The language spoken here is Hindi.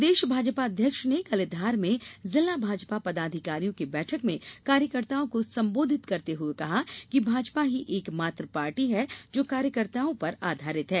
प्रदेश भाजपा अध्यक्ष ने कल धार में जिला भाजपा पदाधिकारियों की बैठक में कार्यकर्ताओं को सम्बोधित करते हुए कहा कि भाजपा ही एक मात्र पार्टी है जो कार्यकर्ताओं पर आधारित है